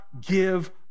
give